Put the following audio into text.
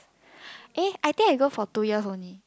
eh I think I go for two years only